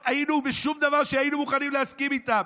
בשום דבר לא היינו מוכנים להסכים איתם,